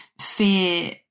fear